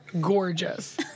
gorgeous